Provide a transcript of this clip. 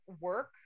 work